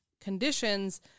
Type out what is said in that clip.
conditions